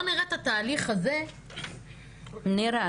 נירה,